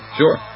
sure